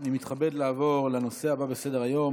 אני מתכבד לעבור לנושא הבא בסדר-היום,